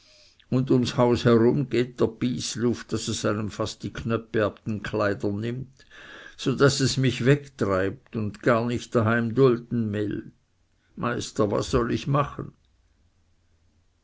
und ums haus herum geht der bysluft daß es einem fast die knöpfe ab den kleidern nimmt so daß es mich wegtreibt und gar nicht daheim dulden will meister was soll ich machen